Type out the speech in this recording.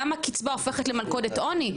למה קצבה הופכת למלכודת עוני?